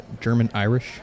German-Irish